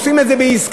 עושים את זה בעסקאות,